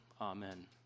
Amen